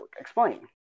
Explain